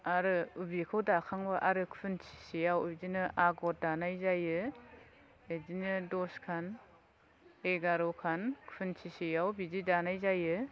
आरो बिखौ दाखांबा आरो खुन्थिसेयाव बिदिनो आगर दानाय जायो बिदिनो दस खान एगार' खान खुन्थिसेयाव बिदि दानाय जायो